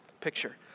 picture